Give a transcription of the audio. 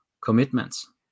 commitments